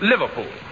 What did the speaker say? Liverpool